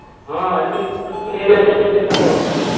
ᱦᱚᱸ ᱟᱹᱰᱤ ᱫᱤᱱ ᱯᱚᱨᱮ ᱵᱤᱱ ᱩᱭᱦᱟᱹᱨᱠᱮᱫ ᱞᱤᱧᱟᱹ ᱞᱟᱹᱭ ᱵᱤᱱ ᱪᱮᱫᱞᱮᱠᱟ ᱠᱷᱚᱵᱚᱨ ᱠᱚ